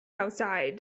outside